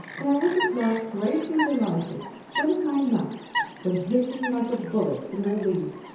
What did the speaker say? and i was at last greatly delighted when of my nuts went hissing like a bullet through the leaves,